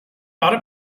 bought